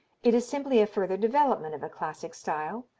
it is simply a further development of a classic style,